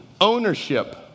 Ownership